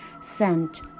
sent